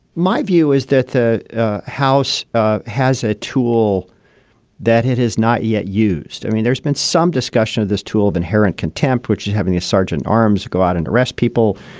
my view is that the house has a tool that it has not yet used. i mean, there's been some discussion of this tool of inherent contempt, which is having a sergeant arms go out and arrest people.